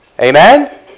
Amen